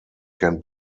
can